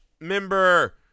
member